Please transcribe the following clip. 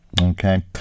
Okay